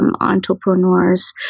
entrepreneurs